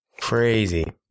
Crazy